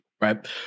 right